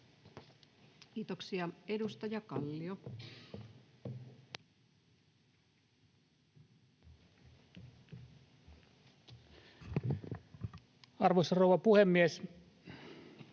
Edustaja Kalli. Arvoisa rouva puhemies!